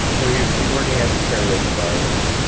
but so, he's he's working at these karaoke bars,